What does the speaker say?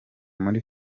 muri